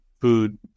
food